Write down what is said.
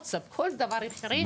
כל דבר אפשרי,